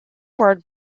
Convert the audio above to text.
word